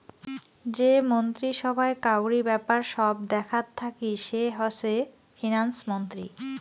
যে মন্ত্রী সভায় কাউরি ব্যাপার সব দেখাত থাকি সে হসে ফিন্যান্স মন্ত্রী